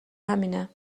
همینه